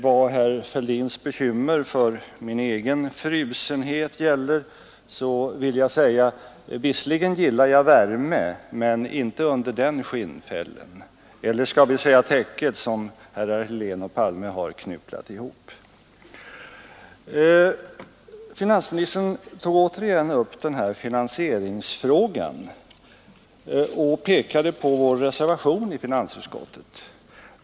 Vad herr Fälldins bekymmer för min egen frusenhet gäller vill jag säga: Visserligen gillar jag värme men inte under den skinnfällen eller — skall vi säga — det täcket som herrar Helén och Palme har knypplat ihop. Finansministern tog återigen upp finansieringsfrågan och pekade på vår reservation i finansutskottet.